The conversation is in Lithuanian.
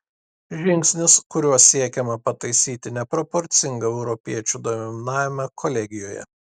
žingsnis kuriuo siekiama pataisyti neproporcingą europiečių dominavimą kolegijoje